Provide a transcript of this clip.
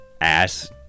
ass